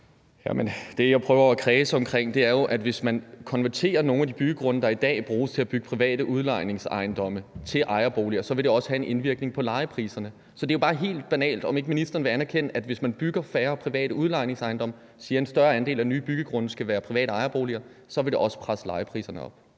Det, jeg prøver at kredse om, er jo, at hvis man konverterer nogle af de byggegrunde, der i dag bruges til at bygge private udlejningsejendomme, til ejerboliger, så vil det også have en indvirkning på lejepriserne. Så spørgsmålet er jo bare helt banalt, om ikke ministeren vil anerkende, at hvis man bygger færre private udlejningsejendomme og siger, at en større andel af nye byggegrunde skal være til private ejerboliger, så vil det også presse lejepriserne op.